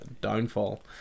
downfall